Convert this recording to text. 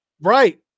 Right